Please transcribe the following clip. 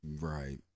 Right